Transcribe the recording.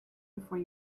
before